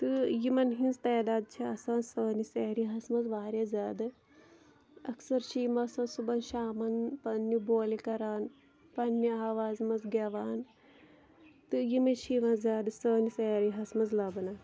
تہٕ یِمَن ہِنٛز تعداد چھِ آسان سٲنِس ایریاہَس منٛز واریاہ زیادٕ اَکثر چھِ یِم آسان صُبحن شامَن پَنٛنہِ بولہِ کَران پَنٛنہِ آواز منٛز گٮ۪وان تہٕ یِمے چھِ یِوان زیادٕ سٲنِس ایریاہَس منٛز لَبنہٕ